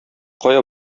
кая